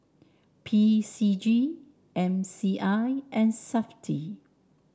P C G M C I and Safti